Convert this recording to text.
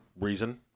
reason